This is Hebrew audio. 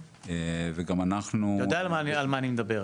וגם אנחנו --- אתה יודע על מה אני מדבר,